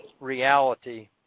reality